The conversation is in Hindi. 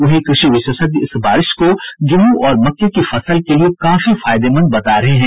वहीं कृषि विशेषज्ञ इस बारिश को गेहूं और मक्के की फसल के लिए काफी फायदेमंद बता रहे हैं